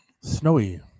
snowy